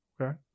Okay